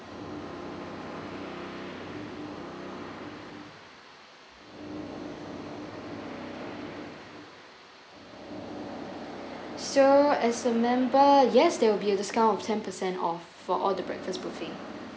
so as member yes there will be a discount of ten per cent off for all the breakfast buffet